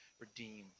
redeemed